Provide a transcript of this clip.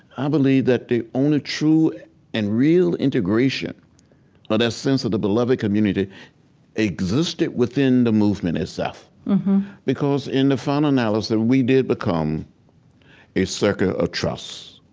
i believed that the only true and real integration of ah that sense of the beloved community existed within the movement itself because in the final analysis, we did become a circle of trust,